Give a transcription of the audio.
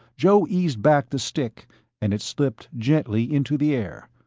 joe eased back the stick and it slipped gently into the air,